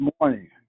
morning